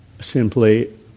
simply